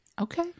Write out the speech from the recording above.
Okay